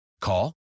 Call